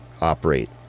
operate